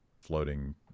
floating